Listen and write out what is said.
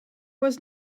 was